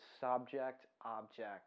subject-object